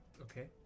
Okay